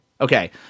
Okay